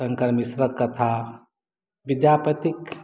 शङ्कर मिश्रक कथा विद्यापतिक